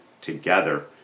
together